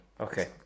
Okay